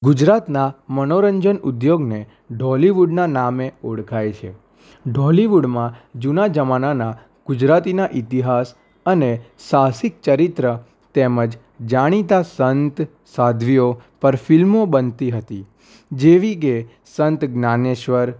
ગુજરાતના મનોરંજન ઉદ્યોગને ઢોલીવુડનાં નામે ઓળખાય છે ઢોલીવુડમાં જૂના જમાનાના ગુજરાતીના ઇતિહાસ અને સાહસિક ચરિત્ર તેમજ જાણીતા સંત સાધ્વીઓ પર ફિલ્મો બનતી હતી જેવી કે સંત જ્ઞાનેશ્વર